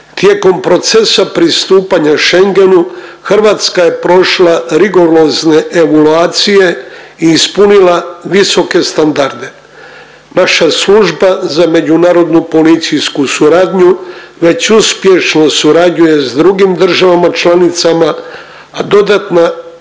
Tijekom procesa pristupanja Schengenu Hrvatska je prošla rigorozne evaluacije i ispunila visoke standarde. Vaša Služba za međunarodnu policijsku suradnju već uspješno surađuje s drugim državama članicama, a dodatna